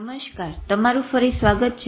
નમસ્કાર તમારું ફરી સ્વાગત છે